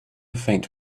faint